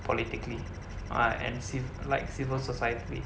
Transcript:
politically uh and civ~ like civil society